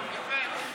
יפה.